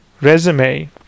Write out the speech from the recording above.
resume